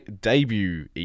debut